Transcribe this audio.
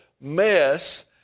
Mess